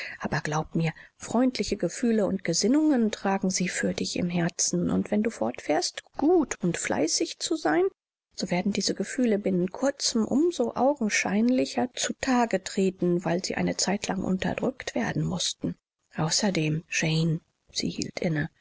aber glaub mir freundliche gefühle und gesinnungen tragen sie für dich im herzen und wenn du fortfährst gut und fleißig zu sein so werden diese gefühle binnen kurzem um so augenscheinlicher zu tage treten weil sie eine zeitlang unterdrückt werden mußten außerdem jane sie hielt inne